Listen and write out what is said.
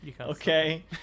Okay